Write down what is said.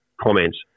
comments